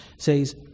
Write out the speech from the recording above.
says